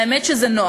האמת שזה נוח,